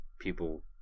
people